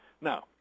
Now